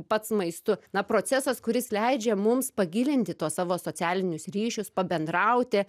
pats maistu na procesas kuris leidžia mums pagilinti tuos savo socialinius ryšius pabendrauti